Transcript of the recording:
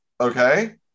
Okay